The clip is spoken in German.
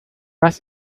das